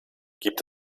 gibt